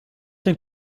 den